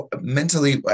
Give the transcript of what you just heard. mentally